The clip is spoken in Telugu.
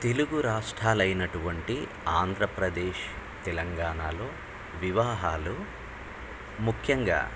తెలుగు రాష్ట్రాలు అయినటువంటి ఆంధ్రప్రదేశ్ తెలంగాణాలో వివాహాలు ముఖ్యంగా